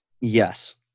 Yes